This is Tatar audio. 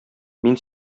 мин